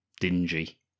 dingy